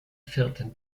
vierten